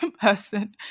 person